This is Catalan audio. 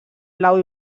blau